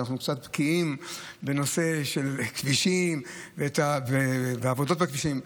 ואנחנו קצת בקיאים בנושא של כבישים ועבודות בכבישים.